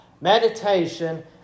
Meditation